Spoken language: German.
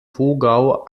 wogau